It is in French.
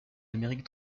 amérique